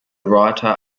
writer